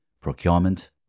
procurement